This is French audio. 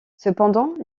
cependant